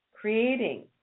creating